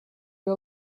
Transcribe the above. you